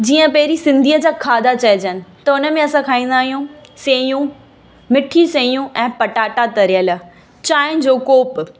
जीअं पहिरीं सिंधीअ जा खाधा चइजनि त उन में असां खाईंदा आहियूं सयूं मिठी सयूं ऐं पटाटा तरियल चांहि जो कोप